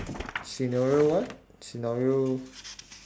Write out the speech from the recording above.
scenario what scenario